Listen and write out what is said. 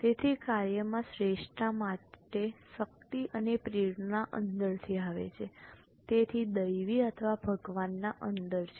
તેથી કાર્યમાં શ્રેષ્ઠતા માટે શક્તિ અને પ્રેરણા અંદરથી આવે છે તેથી દૈવી અથવા ભગવાન અંદર છે